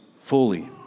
fully